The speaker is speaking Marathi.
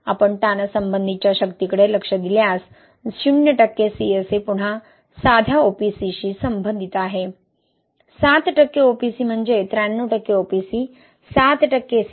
आपण ताणासंबंधीच्या शक्तीकडे लक्ष दिल्यास 0 टक्के CSA पुन्हा साध्या OPC शी संबंधित आहे 7 टक्के OPC म्हणजे 93 टक्के OPC 7 टक्के CSA